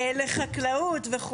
חקלאות.